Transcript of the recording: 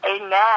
Amen